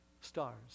stars